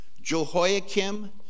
Jehoiakim